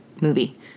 movie